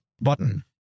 button